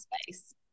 space